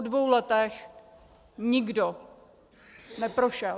Po dvou letech nikdo neprošel.